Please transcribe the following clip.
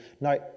Now